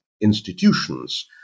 institutions